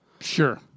Sure